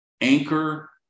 Anchor